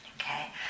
Okay